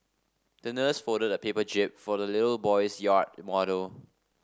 the nurse folded a paper jib for the little boy's yacht model